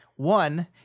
One